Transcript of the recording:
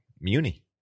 Muni